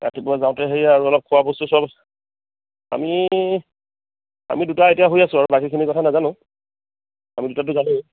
ৰাতিপুৱা যাওঁতে সেয়াই আৰু অলপ খোৱা বস্তু চোৱা বস্তু আমি আমি দুটা এতিয়া হৈ আছোঁ আৰু বাকীখিনিৰ কথা নাজানো আমি দুটাটো যামেই